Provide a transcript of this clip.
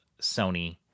Sony